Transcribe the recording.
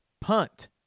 punt